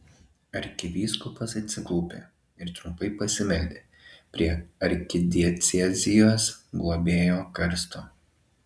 arkivyskupas atsiklaupė ir trumpai pasimeldė prie arkidiecezijos globėjo karsto